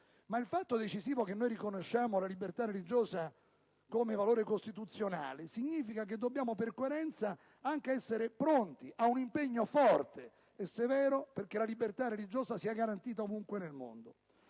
Il fatto decisivo che noi riconosciamo la libertà religiosa come valore costituzionale significa che per coerenza dobbiamo essere pronti anche ad un impegno forte e severo affinché la libertà religiosa sia garantita ovunque nel mondo.